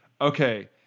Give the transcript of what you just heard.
Okay